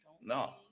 No